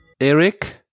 Eric